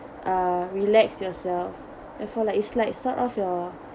uh relax yourself therefore like it's like sort of your